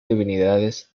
divinidades